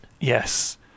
Yes